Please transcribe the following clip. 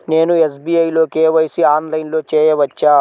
నేను ఎస్.బీ.ఐ లో కే.వై.సి ఆన్లైన్లో చేయవచ్చా?